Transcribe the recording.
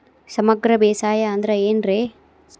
ಸಮಗ್ರ ಬೇಸಾಯ ಅಂದ್ರ ಏನ್ ರೇ?